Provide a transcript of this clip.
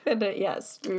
Yes